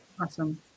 awesome